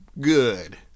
good